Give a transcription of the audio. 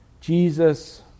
Jesus